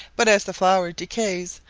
but as the flower decays,